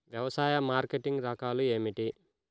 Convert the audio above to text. వ్యవసాయ మార్కెటింగ్ రకాలు ఏమిటి?